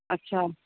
अच्छा